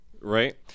Right